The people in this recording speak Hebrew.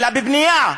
אלא בבנייה.